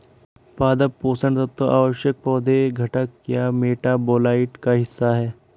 पादप पोषण तत्व आवश्यक पौधे घटक या मेटाबोलाइट का हिस्सा है